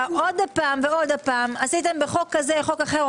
עוד הפעם ועוד הפעם עשיתם בחוק כזה או חוק אחר.